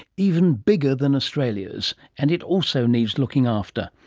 even bigger than australia's, and it also needs looking after.